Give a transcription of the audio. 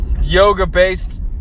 yoga-based